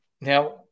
Now